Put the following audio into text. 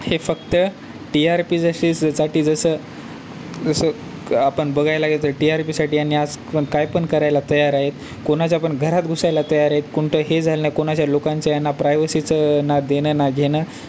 हे फक्त T R P जशीसा जसं जसं आपण बघायला गेलं तर टी आर पीसाठी यांनी आज कायपण करायला तयार आहेत कोणाच्यापण घरात घुसायला तयार आहेत कोणतं हे झालं ना कोणाच्या लोकांच्याना प्रायव्हसीचं ना देणं ना घेणं